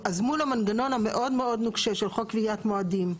אז מול המנגנון המאוד מאוד נוקשה של חוק קביעת מועדים.